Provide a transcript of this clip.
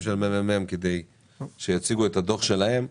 של המ.מ.מ כדי להציג את הדוח שלהם.